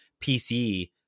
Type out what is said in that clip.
PC